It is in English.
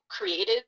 created